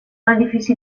edifici